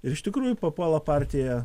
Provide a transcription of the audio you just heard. ir iš tikrųjų papuola partiją